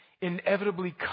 inevitably